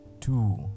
two